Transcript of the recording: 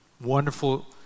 wonderful